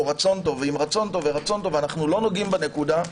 רצון טוב ועם רצון טוב ורצון טוב ואנחנו לא נוגעים בנקודה.